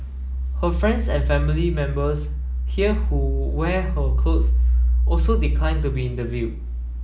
her friends and family members here who wear her clothes also declined to be interviewed